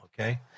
okay